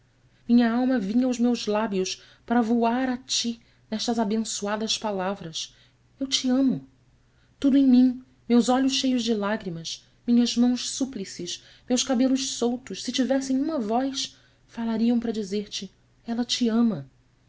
minha alma vinha aos meus lábios para voar a ti nestas abençoadas palavras eu te amo tudo em mim meus olhos cheios de lágrimas minhas mãos súplices meus cabelos soltos se tivessem uma voz falariam para dizer-te ela te ama